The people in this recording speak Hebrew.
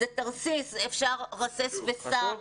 זה תרסיס, אפשר רסס וסע.